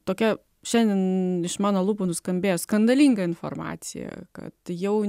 tokia šiandien iš mano lūpų nuskambėjo skandalinga informacija kad jau